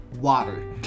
water